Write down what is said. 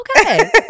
okay